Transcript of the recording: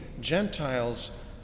Gentiles